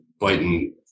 biting